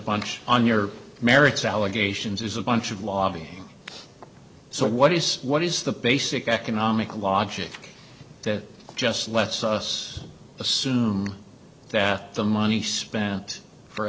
bunch on your merits allegations is a bunch of lobbying so what is what is the basic economic logic that just lets us assume that the money spent for